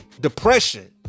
depression